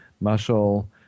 muscle